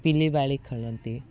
ପିଲି ବାଳି ଖେଳନ୍ତି